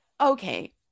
Okay